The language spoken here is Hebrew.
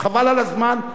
חבל על הזמן.